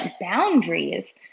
boundaries